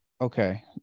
Okay